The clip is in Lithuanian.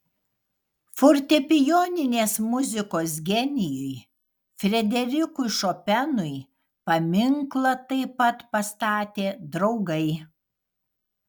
fortepijoninės muzikos genijui frederikui šopenui paminklą taip pat pastatė draugai